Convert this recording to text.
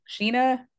sheena